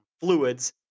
fluids